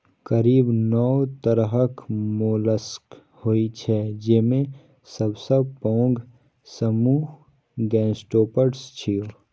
करीब नौ तरहक मोलस्क होइ छै, जेमे सबसं पैघ समूह गैस्ट्रोपोड्स छियै